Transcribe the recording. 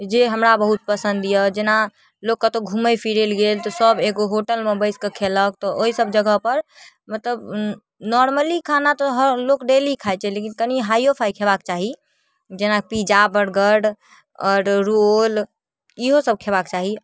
जे हमरा बहुत पसन्द अइ जेना लोक कतहु घुमै फिरैलए गेल सभ एगो होटलमे बैसिकऽ खेलक तऽ ओहिसब जगहपर मतलब नॉर्मली खाना तऽ हर लोक डेली खाइ छै लेकिन कनि हाइओफाइ खेबाक चाही जेना पिज्जा बर्गर आओर रोल इहोसब खेबाक चाही